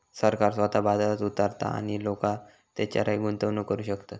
सरकार स्वतः बाजारात उतारता आणि लोका तेच्यारय गुंतवणूक करू शकतत